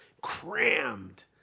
crammed